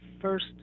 first